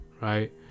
right